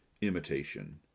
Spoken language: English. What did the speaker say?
imitation